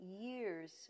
years